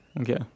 okay